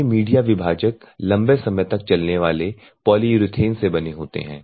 ये मीडिया विभाजक लंबे समय तक चलने वाले पॉलीयुरेथेन से बने होते हैं